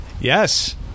yes